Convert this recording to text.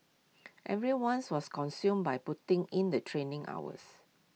everyone was consumed by putting in the training hours